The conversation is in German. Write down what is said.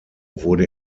wurde